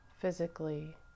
physically